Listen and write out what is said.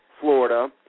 Florida